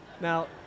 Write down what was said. Now